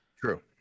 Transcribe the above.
True